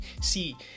See